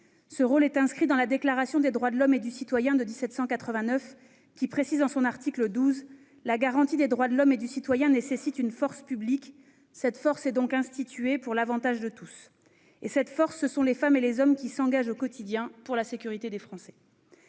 Leur rôle est inscrit dans la Déclaration des droits de l'homme et du citoyen de 1789, qui précise en son article XII :« La garantie des droits de l'homme et du citoyen nécessite une force publique : cette force est donc instituée pour l'avantage de tous. » Cette force, ce sont les femmes et les hommes qui s'engagent au quotidien pour la sécurité des Français.